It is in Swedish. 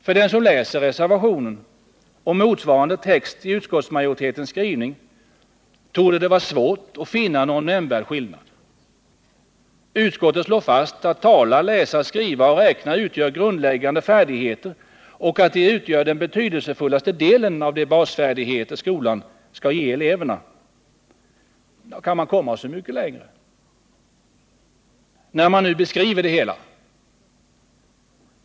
För den som läser reservationen och motsvarande text i utskottsmajoritetens skrivning torde det vara svårt att finna någon nämnvärd skillnad. Utskottet slår fast att att tala, läsa, skriva och räkna utgör grundläggande färdigheter och att de utgör den betydelsefullaste delen av de basfärdigheter som skolan skall ge eleverna. Kan man komma så mycket längre när man nu beskriver det hela?